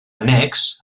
annex